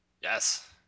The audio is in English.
Yes